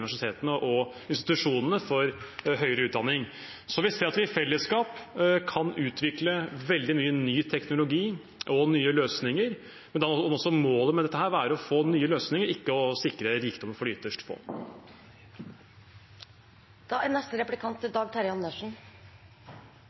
universitetene og institusjonene for høyere utdanning. Vi ser at vi i fellesskap kan utvikle veldig mye ny teknologi og nye løsninger, men da må målet med det være å få nye løsninger – ikke å sikre rikdom for de ytterst